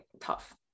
tough